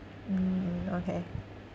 mm okay